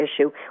issue